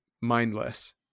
mindless